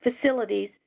facilities